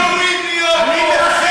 אתם לא ראויים להיות פה.